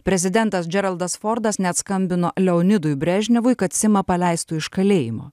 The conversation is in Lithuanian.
prezidentas džeraldas fordas net skambino leonidui brežnevui kad simą paleistų iš kalėjimo